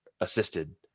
assisted